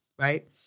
Right